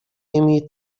ими